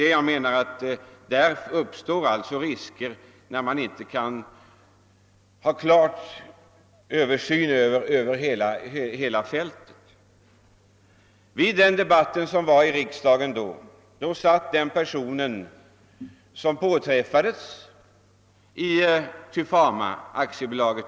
Och jag menar att det uppstår risker när man inte kan få någon klar insyn i hela affären. Vid den debatt som den gången fördes här i riksdagen satt ifrågavarande person i AB Tufama här i kammaren.